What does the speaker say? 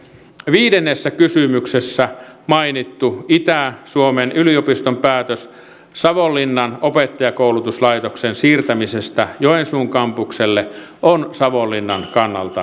viidennessä kysymyksessä mainittu itä suomen yliopiston päätös savonlinnan opettajankoulutuslaitoksen siirtämisestä joensuun kampukselle on savonlinnan kannalta ikävä